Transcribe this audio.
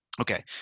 Okay